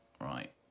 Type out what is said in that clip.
Right